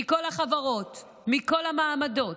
מכל החברות, מכל המעמדות,